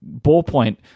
ballpoint